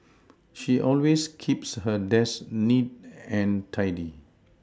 she always keeps her desk neat and tidy